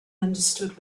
understood